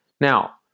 Now